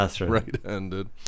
right-handed